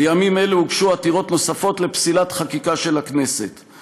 בימים אלה הוגשו עתירות נוספות לפסילת חקיקה של הכנסת,